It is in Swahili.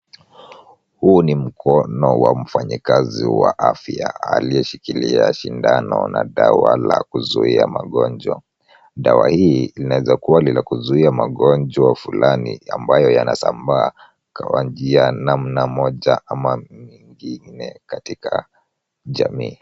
Huu ni mkono wa mfanyikazi wa afya aliyeshikilia sindano na dawa la kuzuia magonjwa. Dawa hii inaweza kuwa ni la kuzuia magonjwa fulani ambayo yanasambaa kwa namna moja ama nyingine katika jamii.